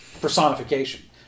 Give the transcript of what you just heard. personification